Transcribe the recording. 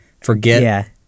forget